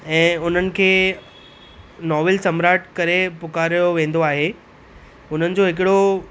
ऐं उन्हनि खे नॉविल सम्राट करे पुकारियो वेंदो आहे उन्हनि जो हिकिड़ो